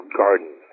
garden